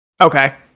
Okay